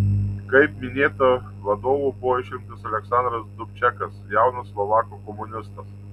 kaip minėta vadovu buvo išrinktas aleksandras dubčekas jaunas slovakų komunistas